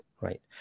right